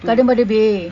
garden by the bay